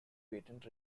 patent